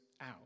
out